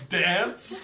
dance